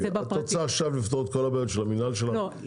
את רוצה לפתור עכשיו את כל הבעיות של המינהל שלך?